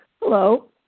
Hello